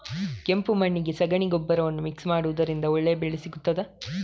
ಕೆಂಪು ಮಣ್ಣಿಗೆ ಸಗಣಿ ಗೊಬ್ಬರವನ್ನು ಮಿಕ್ಸ್ ಮಾಡುವುದರಿಂದ ಒಳ್ಳೆ ಬೆಳೆ ಸಿಗುತ್ತದಾ?